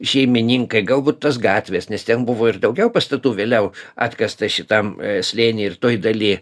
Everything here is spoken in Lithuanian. šeimininkai galbūt tos gatvės nes ten buvo ir daugiau pastatų vėliau atkasta šitam slėny ir toj daly